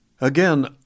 Again